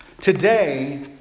today